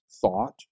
thought